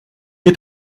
est